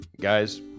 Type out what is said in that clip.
guys